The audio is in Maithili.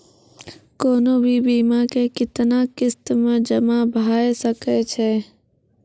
कोनो भी बीमा के कितना किस्त मे जमा भाय सके छै?